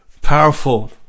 powerful